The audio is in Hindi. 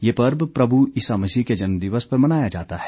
यह पर्व प्रभु ईसा मसीह के जन्मदिवस पर मनाया जाता है